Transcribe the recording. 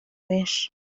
benshi